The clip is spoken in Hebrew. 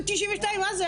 92%. מה זה,